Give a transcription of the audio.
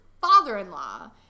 father-in-law